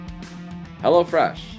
HelloFresh